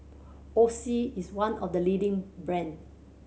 Oxy is one of the leading brand